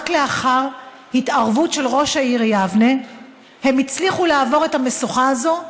רק לאחר התערבות של ראש העיר יבנה הם הצליחו לעבור את המשוכה הזאת,